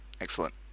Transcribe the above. Excellent